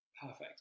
Perfect